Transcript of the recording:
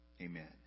amen